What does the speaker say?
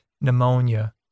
pneumonia